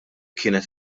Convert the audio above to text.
kienet